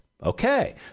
Okay